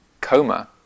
coma